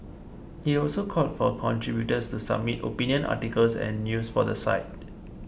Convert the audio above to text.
he also called for contributors to submit opinion articles and news for the site